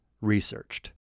researched